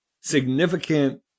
significant